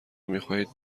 میخواهید